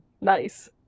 Nice